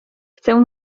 chcę